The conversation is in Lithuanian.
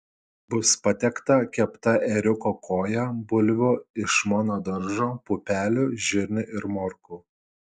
bus patiekta kepta ėriuko koja bulvių iš mano daržo pupelių žirnių ir morkų